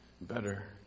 better